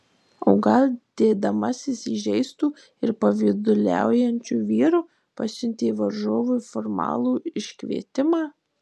o gal dėdamasis įžeistu ir pavyduliaujančiu vyru pasiuntė varžovui formalų iškvietimą